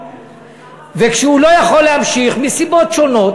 וכשהוא לא יכול להמשיך מסיבות שונות,